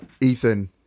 Ethan